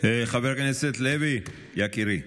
חבר הכנסת לוי, יקירי.